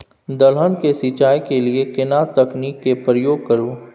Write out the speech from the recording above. दलहन के सिंचाई के लिए केना तकनीक के प्रयोग करू?